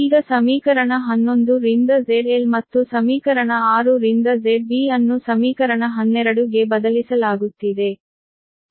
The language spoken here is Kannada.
ಈಗ ಸಮೀಕರಣ 11 ರಿಂದ ZL ಮತ್ತು ಸಮೀಕರಣ 6 ರಿಂದ ZB ಅನ್ನು ಸಮೀಕರಣ 12 ಗೆ ಬದಲಿಸಲಾಗುತ್ತಿದೆ